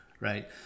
right